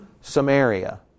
Samaria